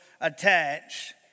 attached